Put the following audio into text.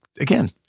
again